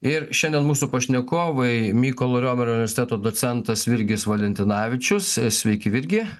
ir šiandien mūsų pašnekovai mykolo riomerio universiteto docentas virgis valentinavičius sveiki virgi